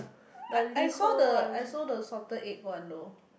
uh I saw the I saw the salted egg one though